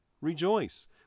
rejoice